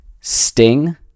Sting